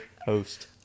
host